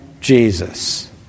Jesus